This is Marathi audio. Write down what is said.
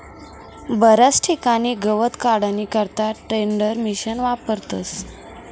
बराच ठिकाणे गवत काढानी करता टेडरमिशिन वापरतस